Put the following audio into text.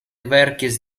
verkis